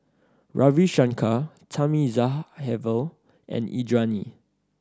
Ravi Shankar Thamizhavel and Indranee